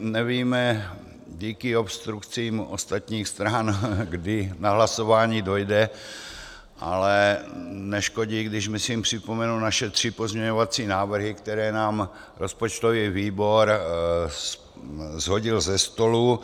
Nevíme díky obstrukcím ostatních stran, kdy na hlasování dojde, ale neškodí, když myslím připomenu naše tři pozměňovací návrhy, které nám rozpočtový výbor shodil ze stolu.